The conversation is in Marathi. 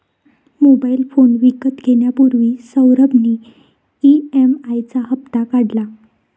मोबाइल फोन विकत घेण्यापूर्वी सौरभ ने ई.एम.आई चा हप्ता काढला